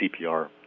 CPR